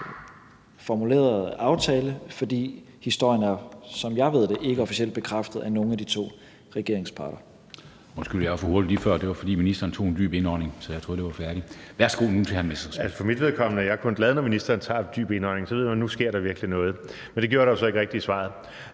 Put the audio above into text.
formulerede aftale, fordi historien, som jeg kender til det, ikke er officielt bekræftet af nogen af de to regeringsparter.